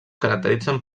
caracteritzen